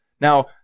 now